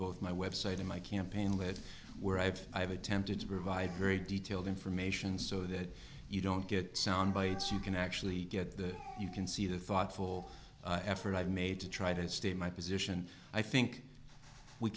both my website in my campaign with where i've i've attempted to provide very detailed information so that you don't get soundbites you can actually get that you can see the thoughtful effort i've made to try to state my position i think we